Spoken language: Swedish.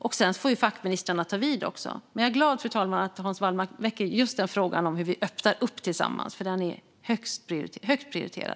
Och sedan får fackministrarna ta vid. Jag är glad, fru talman, över att Hans Wallmark väcker just frågan om hur vi öppnar upp tillsammans, för den är högt prioriterad.